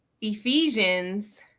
Ephesians